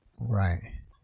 Right